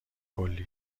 کلی